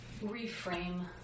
reframe